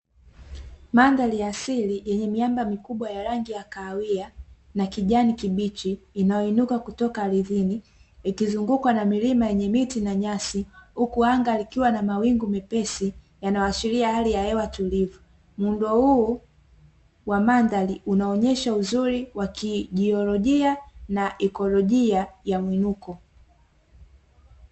Mandhari ya asili yenye miamba mikubwa ya rangi ya kahawia na kijani kibichi, inayoinuka kutoka ardhini. Ikizungukwa na milima yenye miti na nyasi, huku anga likiwa na mawingu mepesi, yanayoashiria hali ya hewa tulivu. Muundo huu wa mandhari, unaonyesha uzuri wa kijiolojia na ikolojia ya mwinuko.